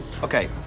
Okay